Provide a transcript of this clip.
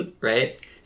right